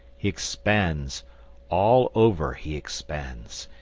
he expands all over he expands.